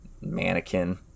mannequin